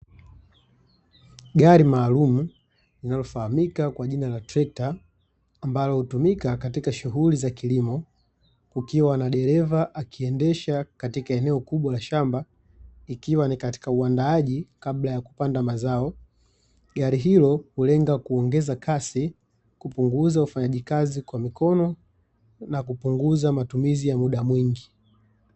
Gari maalumu linalofahamika kwa jina la trekta, ambalo hutumika katika shughuli za kilimo, kukiwa na dereva akiendesha katika eneo kubwa la shamba, ikiwa ni katika uandaaji kabla ya kupanda mazao. Gari hilo hulenga kuongeza kasi, kupunguza ufanyaji kazi kwa mikono na kupunguza matumizi ya muda mwingi.